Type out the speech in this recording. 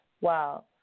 Wow